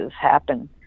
happen